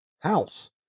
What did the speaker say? house